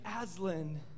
Aslan